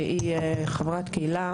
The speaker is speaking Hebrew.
שהיא חברת קהילה,